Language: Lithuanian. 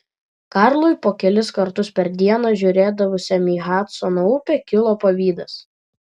karlui po kelis kartus per dieną žiūrėdavusiam į hadsono upę kilo pavydas